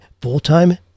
full-time